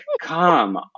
come